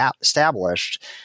established